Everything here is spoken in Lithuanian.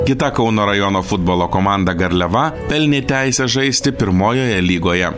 kita kauno rajono futbolo komanda garliava pelnė teisę žaisti pirmojoje lygoje